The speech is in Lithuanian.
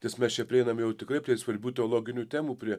nes mes čia prieinam jau tikrai prie svarbių teologinių temų prie